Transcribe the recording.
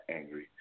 angry